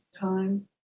time